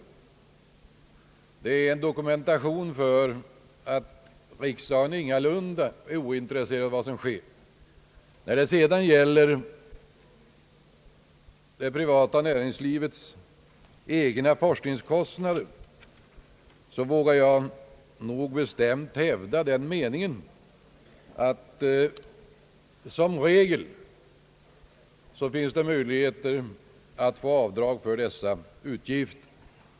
Detta är dokumentation för att riksdagen ingalunda är ointresserad av vad som sker. När det sedan gäller det privata näringslivets egna forskningskostnader, vågar jag bestämt hävda den meningen, att det som regel finns möjlighet att få avdrag för dessa utgifter.